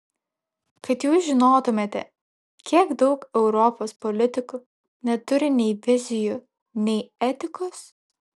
kad jūs žinotumėte kiek daug europos politikų neturi nei vizijų nei etikos